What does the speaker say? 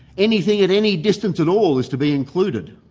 anything at any distance at all is to be included.